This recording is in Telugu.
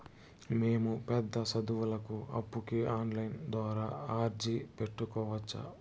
మేము పెద్ద సదువులకు అప్పుకి ఆన్లైన్ ద్వారా అర్జీ పెట్టుకోవచ్చా?